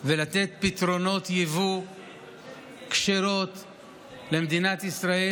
ולתת פתרונות יבוא כשרים למדינת ישראל,